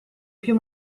più